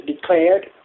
declared